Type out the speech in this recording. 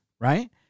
right